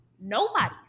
Nobody's